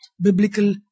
biblical